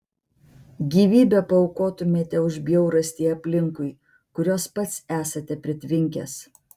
gyvybę paaukotumėte už bjaurastį aplinkui kurios pats esate pritvinkęs